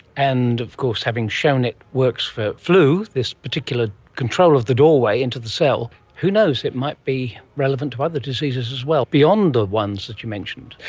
and of course having shown it works for flu, this particular control of the doorway into the cell, who knows, it might be relevant to other diseases as well beyond the ones that you mentioned.